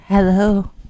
Hello